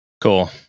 Cool